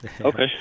Okay